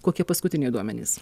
kokie paskutiniai duomenys